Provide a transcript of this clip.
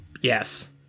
Yes